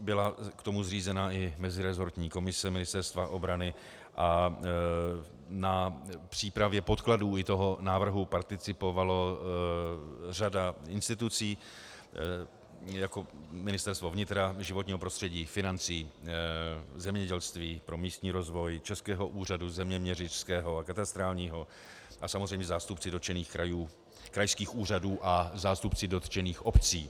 Byla k tomu zřízena i mezirezortní komise Ministerstva obrany a na přípravě podkladů i toho návrhu participovala řada institucí jako ministerstva vnitra, životního prostředí, financí, zemědělství, pro místní rozvoj, Český úřad zeměměřický a katastrální a samozřejmě zástupci dotčených krajů, krajských úřadů a zástupci dotčených obcí.